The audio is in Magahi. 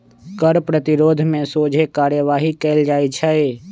कर प्रतिरोध में सोझे कार्यवाही कएल जाइ छइ